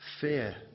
Fear